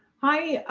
hi.